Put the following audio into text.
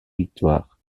victoires